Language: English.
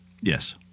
Yes